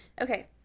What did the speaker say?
Okay